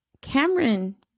Cameron